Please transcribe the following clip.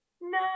no